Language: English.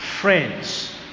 friends